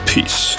Peace